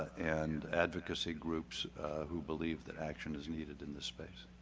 and advocacy groups who believe that action is needed in this space.